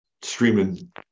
streaming